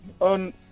on